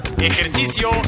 Ejercicio